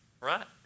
right